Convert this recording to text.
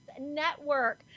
Network